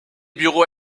bureaux